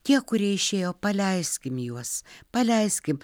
tie kurie išėjo paleiskim juos paleiskim